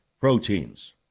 proteins